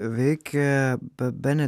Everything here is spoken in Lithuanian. veikė bene dešimtmetį